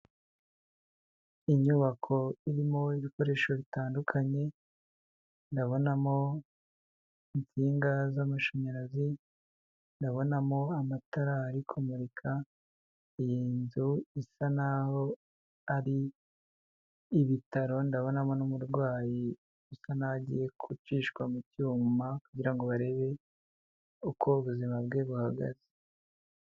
Inyubako irimo ibikoresho bitandukanye, ndabonamo insinga z'amashanyarazi, ndabonamo amatara ari kumurika, iyi nzu isa n'aho ari ibitaro ndabonamo n'umurwayi, usa n'aho agiye gucishwa mu cyuma kugira ngo barebe uko ubuzima bwe buhagaze.